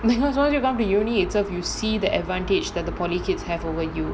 because once you come to university itself you see the advantage that the polytechnic kids have over you